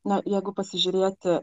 na jeigu pasižiūrėti